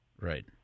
Right